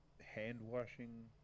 hand-washing